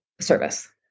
service